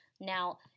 Now